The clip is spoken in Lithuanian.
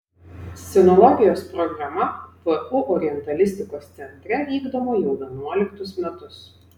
sinologijos programa vu orientalistikos centre vykdoma jau vienuoliktus metus